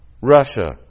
Russia